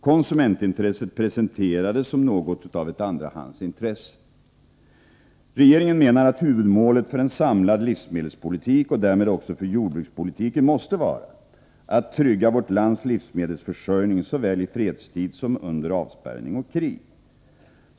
Konsumentintresset presenterades som något av ett andrahandsintresse. Regeringen menar att huvudmålet för en samlad livsmedelspolitik, och därmed också för jordbrukspolitiken, måste vara att trygga vårt lands livsmedelsförsörjning såväl i fredstid som under avspärrning och krig.